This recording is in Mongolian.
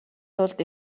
тулд